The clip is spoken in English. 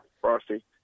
Frosty